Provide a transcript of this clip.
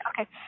Okay